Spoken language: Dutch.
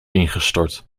ingestort